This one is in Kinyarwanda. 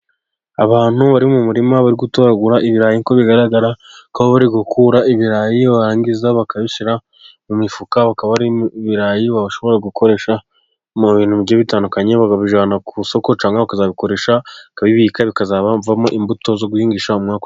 Abantu bari mu murima bari gutoragura ibirayi, uko bigaragara bakaba bari gukura ibirayi barangiza bakabishyira mu mifuka, bikaba ari ibirayi washobora gukoresha mu bintu bigiye bitandukanye, bakabijyana ku isoko cyangwa bakazabikoresha, bakabibika bikazavamo imbuto zo guhingisha umwaka .